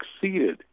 succeeded